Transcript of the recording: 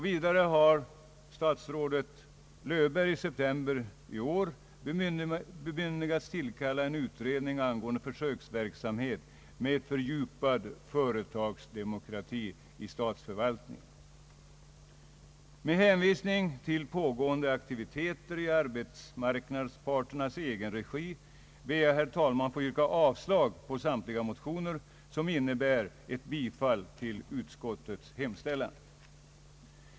Vidare har statsrådet Löfberg i september i år bemyndigats tillsätta en utredning angående försöksverksamhet med fördjupad företagsdemokrati i statsförvaltningen. Med hänvisning till pågående aktiviteter i arbetsmarknadsparternas egen regi ber jag, herr talman, få yrka avslag på samtliga motioner samt yrka bifall till utskottets hemställan.